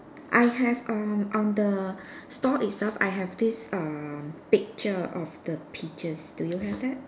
I have err on the store itself I have this err picture of the peaches do you have that